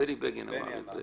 בני בגין אמר את זה.